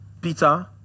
peter